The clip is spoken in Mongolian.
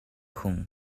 хүн